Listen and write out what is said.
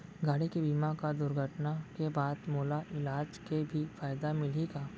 गाड़ी के बीमा मा दुर्घटना के बाद मोला इलाज के भी फायदा मिलही का?